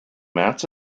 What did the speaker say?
mats